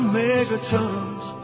megatons